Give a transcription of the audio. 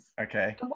Okay